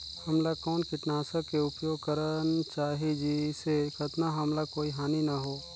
हमला कौन किटनाशक के उपयोग करन चाही जिसे कतना हमला कोई हानि न हो?